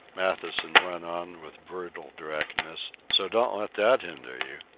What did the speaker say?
matthewson went on with brutal directness so don't let that hinder you.